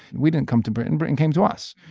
we didn't come to britain. britain came to us.